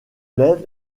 lève